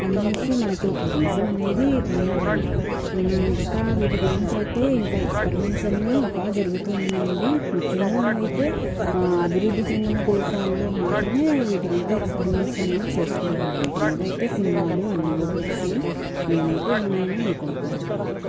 అనేసి మనకి ఒక రుజువు అనేది ఉందండి ఇంకా వీటి గురించి అయితే ఇంకా ఎక్స్పరిమెంట్స్ అనేవి ఇంకా జరుగుతు ఉన్నాయండి ముఖ్యంగా అయితే అభివృద్ధి చెందిన దేశాల్లో మాత్రమే వీటి మీద ఎక్స్పరిమెంట్స్ అనేవి చేస్తున్నారండి వీటి మీద అయితే సినిమాలు అన్ని కూడా వచ్చినాయి నేనైతే ఉన్నాయనే అనుకుంటున్నానండి